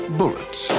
bullets